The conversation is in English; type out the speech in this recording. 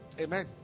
Amen